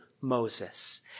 Moses